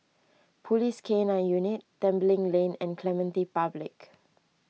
Police K nine Unit Tembeling Lane and Clementi Public